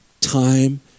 time